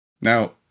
Now